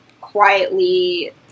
quietly